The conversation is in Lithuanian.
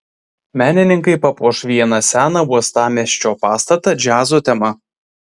menininkai papuoš vieną seną uostamiesčio pastatą džiazo tema